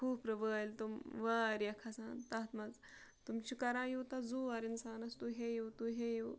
کھوٗپرٕ وٲلۍ تِم واریاہ کھَسان تَتھ منٛز تِم چھِ کَران یوٗتاہ زور اِنسانَس تُہۍ ہیٚیِو تُہۍ ہیٚیِو